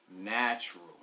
Natural